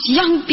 young